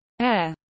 Air